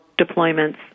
deployments